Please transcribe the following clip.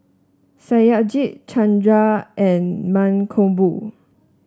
Satyajit Chanda and Mankombu